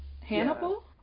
hannibal